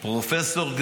פרופסור.